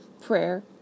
prayer